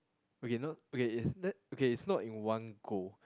okay no okay it's tha~ okay it's not in one go